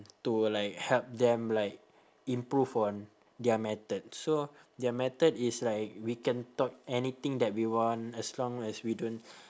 to like help them like improve on their method so their method is like we can talk anything that we want as long as we don't